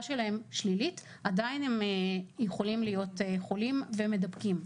שלהם שלילית הם עדיין יכולים להיות חולים ומדבקים.